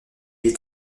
est